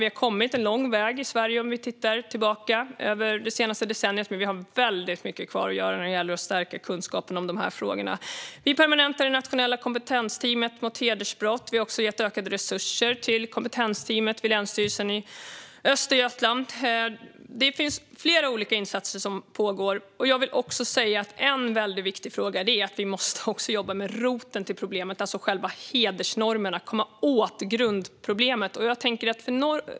Vi har kommit en lång väg i Sverige det senaste decenniet, men vi har väldigt mycket kvar att göra när det gäller att stärka kunskapen om de här frågorna. Vi permanentar det nationella kompetensteamet mot hedersbrott. Vi har också gett ökade resurser till kompetensteamet vid Länsstyrelsen i Östergötland. Det är flera olika insatser som pågår. En väldigt viktig sak är också att vi måste jobba med roten till problemet, alltså själva hedersnormerna. Vi måste komma åt grundproblemet.